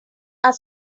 are